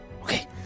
Okay